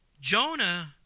Jonah